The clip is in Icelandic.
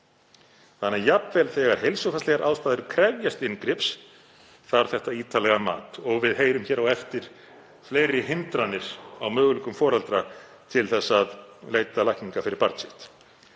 Þannig að jafnvel þegar heilsufarslegar ástæður krefjast inngrips þarf þetta ítarlega mat. Við heyrum hér á eftir um fleiri hindranir á möguleikum foreldra til að leita lækninga fyrir barn sitt.